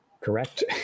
Correct